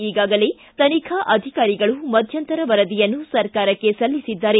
ಈಗಾಗಲೇ ತನಿಖಾ ಅಧಿಕಾರಿಗಳು ಮಧ್ಯಂತರ ವರದಿಯನ್ನು ಸರ್ಕಾರಕ್ಕೆ ಸಲ್ಲಿಸಿದ್ದಾರೆ